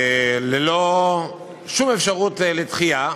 ללא שום אפשרות לדחייה,